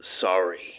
sorry